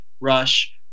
rush